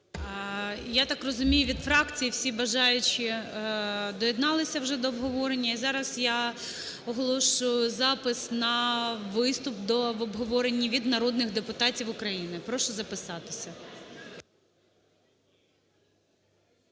Я так розумію, від фракції всі бажаючі доєдналися вже до обговорення. І зараз я оголошую запис на виступ в обговоренні від народних депутатів України. Прошу записатися.